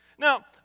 Now